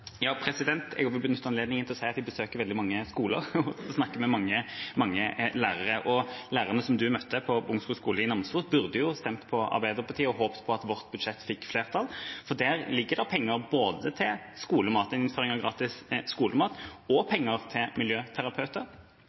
Jeg vil også benytte anledningen til å si at jeg besøker veldig mange skoler og snakker med mange lærere. Lærere som representanten møtte på Bangsund skole i Namsos, burde ha stemt på Arbeiderpartiet og håpt på at vårt budsjett fikk flertall. Der ligger det penger til innføring av gratis skolemat og penger til miljøterapeuter,